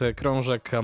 krążek